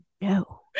No